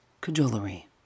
Cajolery